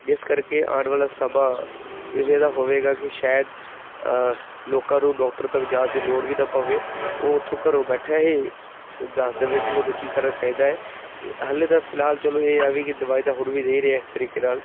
ਜਿਸ ਕਰਕੇ ਆਉਣ ਵਾਲਾ ਸਮਾਂ ਇਵੇਂ ਦਾ ਹੋਵੇਗਾ ਕਿ ਸ਼ਾਇਦ ਲੋਕਾਂ ਨੂੰ ਡਾਕਟਰ ਤੱਕ ਜਾਣ ਦੀ ਲੋੜ ਵੀ ਨਾ ਪਵੇ ਉਹ ਉੱਥੋਂ ਘਰੋਂ ਬੈਠਿਆ ਹੀ ਦੱਸ ਦੇਵੇ ਕਿ ਉਹਨੂੰ ਕੀ ਕਰਨਾ ਚਾਹੀਦਾ ਹੈ ਹਜੇ ਤਾਂ ਫਿਲਹਾਲ ਚਲੋ ਇਹ ਹੈ ਵੀ ਕਿ ਦਵਾਈ ਦਾ ਹੋਰ ਵੀ ਦੇ ਰਿਹਾ ਇਸ ਤਰੀਕੇ ਦੇ ਨਾਲ